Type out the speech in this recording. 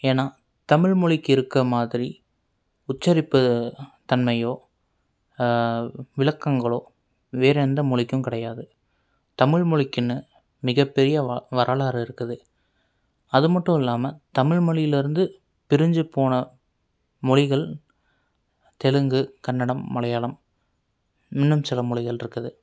ஏன்னா தமிழ் மொழிக்கு இருக்க மாதிரி உச்சரிப்பு தன்மையோ விளக்கங்களோ வேற எந்த மொழிக்கும் கிடையாது தமிழ் மொழிக்குன்னு மிகப்பெரிய வரலாறு இருக்குது அது மட்டும் இல்லாமல் தமிழ் மொழியில இருந்து பிரிஞ்சுப் போன மொழிகள் தெலுங்கு கன்னடம் மலையாளம் இன்னும் சில மொழிகள் இருக்குது